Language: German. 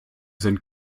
sind